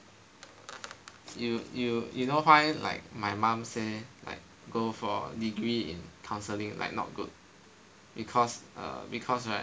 you you you know why like my mum say like go for degree in counselling like not good because err because right